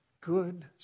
good